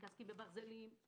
מתעסקים בברזלים,